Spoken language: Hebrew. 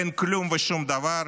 אין כלום ושום דבר.